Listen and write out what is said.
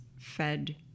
fed